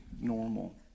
normal